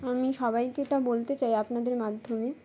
আমি সবাইকে এটা বলতে চাই আপনাদের মাধ্যমে